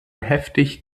heftig